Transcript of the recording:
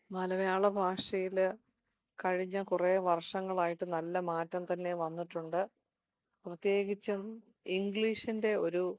മലയാള ഭാഷയിൽ കഴിഞ്ഞ കുറേ വർഷങ്ങളായിട്ട് നല്ല മാറ്റം തന്നെ വന്നിട്ടുണ്ട് പ്രത്യേകിച്ചും ഇംഗ്ലീഷിൻ്റെ ഒരു